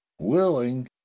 willing